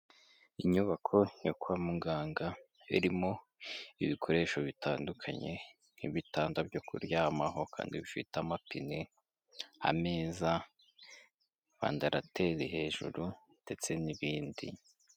Inyubako yo kwa muganga, irimo ibikoresho bitandukanye nk'ibitanda byo kuryamaho kandi bifite amapine, ameza, vandarateri hejuru ndetse n'ibindi.